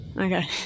Okay